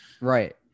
right